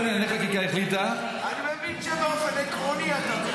ועדת השרים לענייני חקיקה החליטה --- אני מבין שבאופן עקרוני אתה בעד.